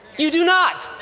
you do not.